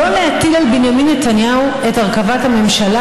לא להטיל על בנימין נתניהו את הרכבת הממשלה,